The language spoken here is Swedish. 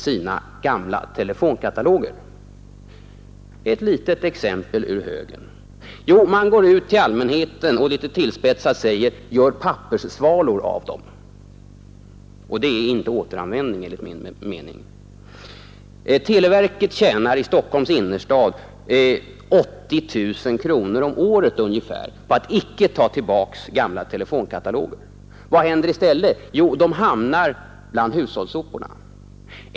Hur gör televerket med gamla telefonkataloger? Jo, man går ut till allmänheten och säger en aning tillspetsat: Gör papperssvalor av dem! Det är enligt min mening inte återanvändning. Televerket tjänar i Stockholms innerstad ungefär 80 000 kronor om året på att icke ta tillbaka gamla telefonkataloger. Vad händer i stället? Jo, de hamnar bland hushållssoporna.